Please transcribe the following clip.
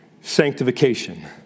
sanctification